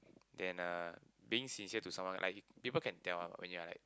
than uh being sincere to someone like you people can tell lah when you are like